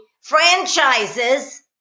franchises